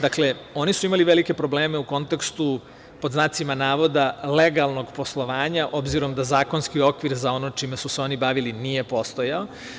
Dakle, oni su imali velike probleme u kontekstu „legalnog“ poslovanja, obzirom da zakonski okvir za ono čime su se oni bavili nije postojao.